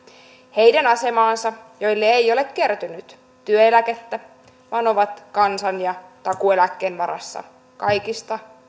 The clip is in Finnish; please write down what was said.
heidän asemaansa joille ei ole kertynyt työeläkettä vaan jotka ovat kansan ja takuueläkkeen varassa kaikista